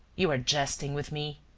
you are jesting with me.